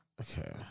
okay